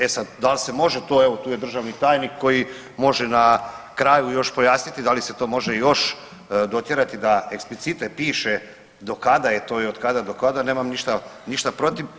E sad, dal se može to evo tu je državni tajnik koji može na kraju još pojasniti da li se to može još dotjerati da eksplicite piše do kada je to i od kada do kada nemam ništa protiv.